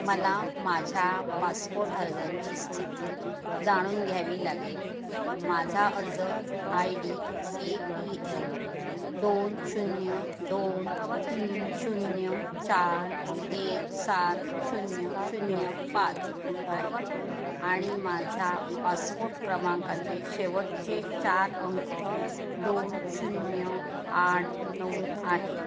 मला माझ्या पासपोट अर्जाची स्थिती जाणून घ्यावी लागेल माझा अर्ज I D A P L दोन शून्य दोन तीन शून्य चार एक सात शून्य शून्य पाच आहे आणि माझा पासपोट क्रमांकाचे शेवटचे चार अंक दोन शून्य आठ नऊ आहे